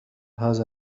هذا